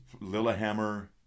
Lillehammer